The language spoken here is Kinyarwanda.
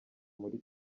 muri